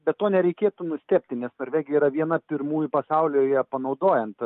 be to nereikėtų nustebti nes norvegija yra viena pirmųjų pasaulyje panaudojant